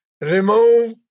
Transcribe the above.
Remove